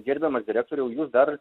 gerbiamas direktoriau jūs dar